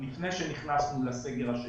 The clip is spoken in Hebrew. לפני שנכנסנו לסגר השני,